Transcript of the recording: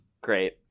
Great